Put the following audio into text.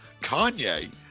Kanye